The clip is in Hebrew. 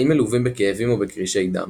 האם מלווים בכאבים או בקרישי דם.